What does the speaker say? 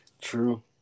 True